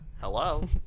Hello